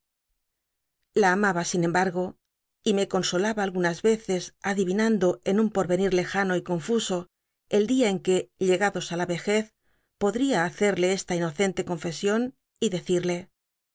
a amaba sin embargo y me consolaba algunas veces adivinando en un potvenil lejano y confuso el dia en que llegados á la vejez podría hacel'lc esta inocente confesion y decide